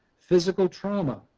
physical trauma.